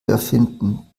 erfinden